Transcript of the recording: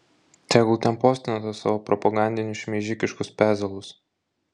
tegul ten postina tuos savo propagandinius šmeižikiškus pezalus